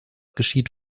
geschieht